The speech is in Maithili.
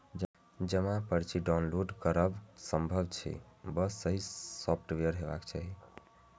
जमा पर्ची डॉउनलोड करब संभव छै, बस सही सॉफ्टवेयर हेबाक चाही